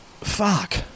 Fuck